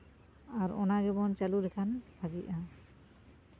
ᱟᱨ ᱚᱱᱟ ᱜᱮᱵᱚᱱ ᱪᱟᱹᱞᱩ ᱞᱮᱠᱷᱟᱱ ᱵᱷᱟᱹᱜᱤᱜᱼᱟ